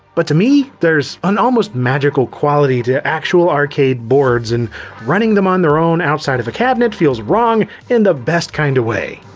but to me, there's an almost magical quality to actual arcade boards, and running them on their own outside of a cabinet feels wrong in the best kind of way.